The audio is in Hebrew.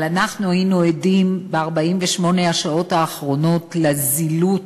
אבל אנחנו היינו עדים ב-48 השעות האחרונות לזילות